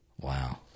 Wow